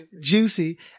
juicy